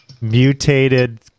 mutated